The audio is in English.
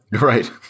Right